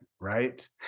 right